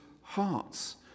hearts